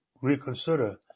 reconsider